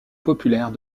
populaires